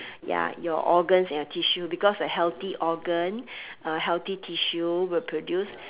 ya your organs and your tissue because a healthy organ a healthy tissue will produce